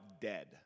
dead